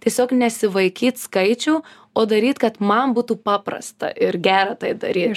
tiesiog nesivaikyt skaičių o daryt kad man būtų paprasta ir gera tai daryt